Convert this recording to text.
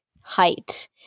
height